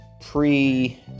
pre